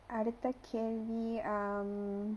அடுத்த கேள்வி:adutha kaelvi um